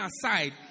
aside